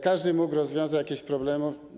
Każdy mógł rozwiązać jakieś problemy.